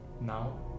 Now